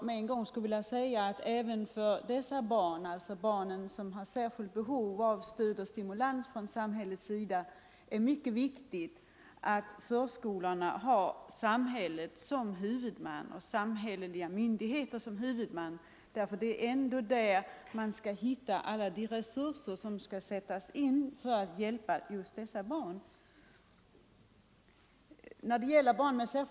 Med en gång vill jag då säga att även för barn som har särskilt behov av stöd och stimulans är det mycket viktigt att förskolorna har samhälleliga myndigheter som huvudman, ty det är ju ändå samhället som måste tillhandahålla alla de resurser som behöver sättas in för att hjälpa dessa barn.